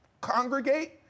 congregate